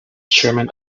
chairman